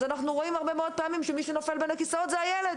אנחנו רואים הרבה מאוד פעמים שמי שנופל בין הכיסאות זה הילד.